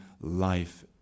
life